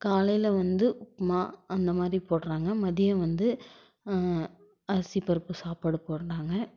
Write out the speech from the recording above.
காலையில் வந்து உப்புமா அந்த மாதிரி போடுறாங்க மதியம் வந்து அரிசி பருப்பு சாப்பாடு போடுறாங்க